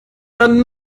dann